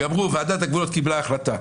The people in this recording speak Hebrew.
גמרו, ועדת הגבולות קיבלה החלטה.